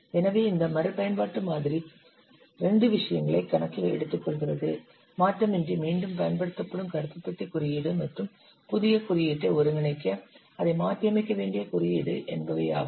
எனவே இந்த மறுபயன்பாட்டு மாதிரி இரண்டு விஷயங்களை கணக்கில் எடுத்துக்கொள்கிறது மாற்றமின்றி மீண்டும் பயன்படுத்தப்படும் கருப்பு பெட்டி குறியீடு மற்றும் புதிய குறியீட்டை ஒருங்கிணைக்க அதை மாற்றியமைக்க வேண்டிய குறியீடு என்பவகையாகும்